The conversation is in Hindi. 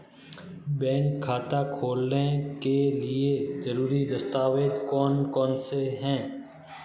बैंक खाता खोलने के लिए ज़रूरी दस्तावेज़ कौन कौनसे हैं?